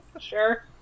sure